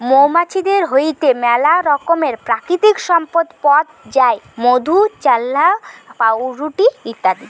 মৌমাছিদের হইতে মেলা রকমের প্রাকৃতিক সম্পদ পথ যায় মধু, চাল্লাহ, পাউরুটি ইত্যাদি